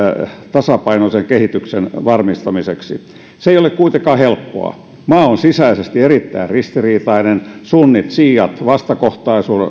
tasapainoisen kehityksen varmistamiseksi se ei ole kuitenkaan helppoa maa on sisäisesti erittäin ristiriitainen sunnit siiat vastakohtaisuus